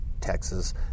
Texas